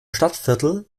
stadtviertel